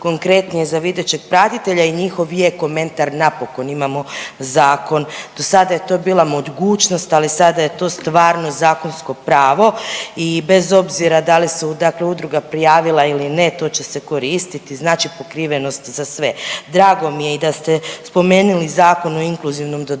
konkretnije za videćeg pratitelja i njihov vijek, komentar napokon imamo zakon, dosada je to bila mogućnost, ali sada je to stvarno zakonsko pravo i bez obzira da li su dakle udruga prijavila ili ne to će se koristiti, znači pokrivenost za sve. Drago mi je i da ste spomenuli i Zakon o inkluzivnom dodatku